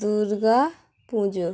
Durga Puja